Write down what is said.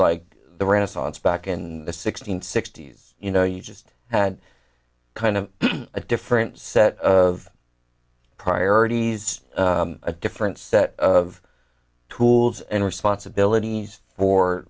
like the renaissance back in the six hundred sixty s you know you just had kind of a different set of priorities a different set of tools and responsibilities for